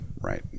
right